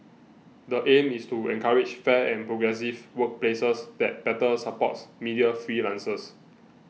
the aim is to encourage fair and progressive workplaces that better supports media freelancers